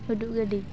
ᱩᱰᱟᱹᱱ ᱜᱟᱹᱰᱤ